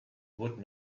would